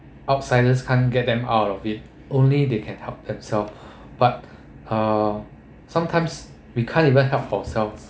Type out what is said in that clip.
outsiders can't get them out of it only they can help themself but uh sometimes we can't even help ourself